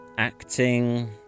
acting